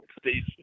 station